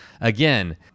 Again